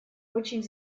очень